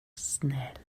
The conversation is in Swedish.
snäll